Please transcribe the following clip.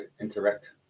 interact